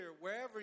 wherever